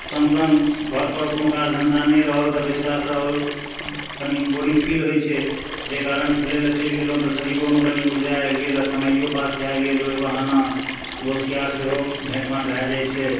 सङ्ग सङ्ग घर पर कोनो काज धन्धा नहि रहल तऽ बैसिलासँ आओर कनि बोरिंग फिल होइत छै जाहि कारण खेलय लऽ चलि गेलहुँ तऽ शरीरोमे कनि ऊर्जा आबि गेल आ समयो पास भए गेल ओहि बहाने दोस्त यार सेहो भेटघाट भए जाइत छै